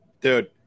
Dude